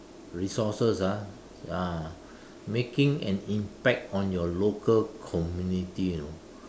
resources ah ah making an impact on your local community you know